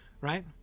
right